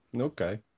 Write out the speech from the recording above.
Okay